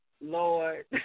Lord